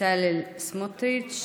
בצלאל סמוטריץ',